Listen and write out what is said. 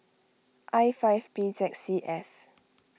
I five B Z C F